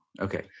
Okay